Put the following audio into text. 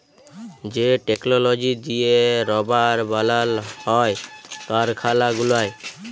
যে টেকললজি দিঁয়ে রাবার বালাল হ্যয় কারখালা গুলায়